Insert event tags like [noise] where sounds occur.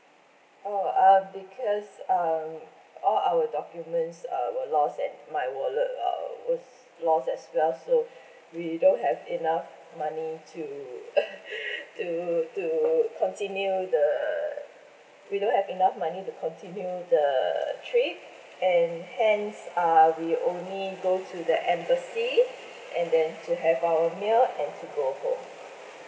oh uh because um all our documents uh were lost and my wallet lah was lost as well so we don't have enough money to [laughs] to to continue the we don't have enough money to continue the trip and hence uh we only go to the embassy and then to have our meal and to go home